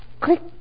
click